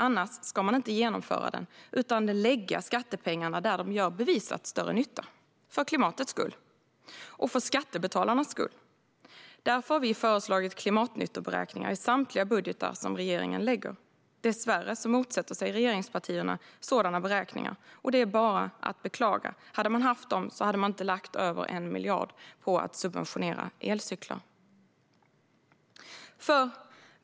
Annars ska man inte genomföra den utan lägga skattepengarna där de gör bevisat större nytta - för klimatets skull och för skattebetalarnas skull. Därför har vi föreslagit klimatnyttoberäkningar i samtliga budgetar som regeringen lägger fram. Dessvärre motsätter sig regeringspartierna sådana beräkningar, och det är bara att beklaga. Hade man haft sådana hade man inte lagt över 1 miljard på att subventionera elcyklar.